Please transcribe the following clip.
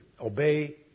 obey